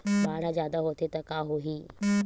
बाढ़ ह जादा होथे त का होही?